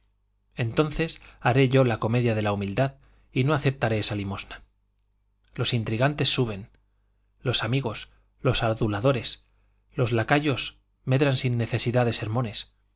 entonces haré yo la comedia de la humildad y no aceptaré esa limosna los intrigantes suben los amigos los aduladores los lacayos medran sin necesidad de sermones